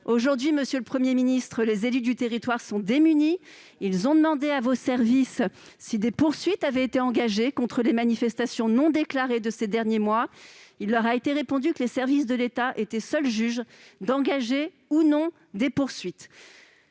sont démunis, monsieur le Premier ministre. Ils ont demandé à vos services si des poursuites avaient été engagées contre les manifestations non déclarées de ces derniers mois. Il leur a été répondu que les services de l'État étaient seuls juges pour engager ou non des poursuites.